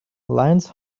lions